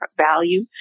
value